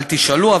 אל תשאלו,